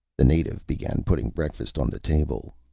the native began putting breakfast on the table.